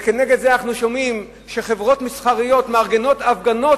וכנגד זה אנחנו שומעים שחברות מסחריות מארגנות הפגנות